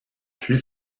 plus